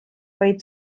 vaid